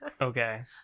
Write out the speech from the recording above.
okay